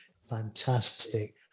fantastic